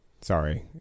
Sorry